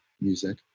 music